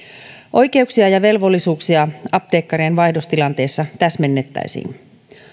oikeuksia ja velvollisuuksia apteekkarinvaihdostilanteissa täsmennettäisiin